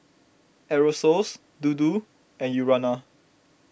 Aerosoles Dodo and Urana